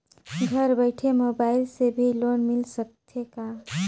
घर बइठे मोबाईल से भी लोन मिल सकथे का?